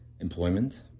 employment